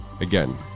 again